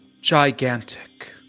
gigantic